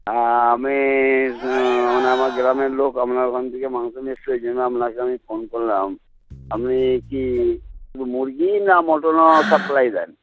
হ্যাঁ আমি মানে আমার গ্রামের লোক আপনার ওখান থেকে মাংস নিয়ে এসেছে ওই জন্য আপনাকে আমি ফোন করলাম আপনি কি শুধু মুরগি না মটনও সাপ্লাই দেন